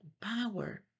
Power